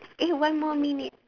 eh one more minute